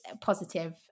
positive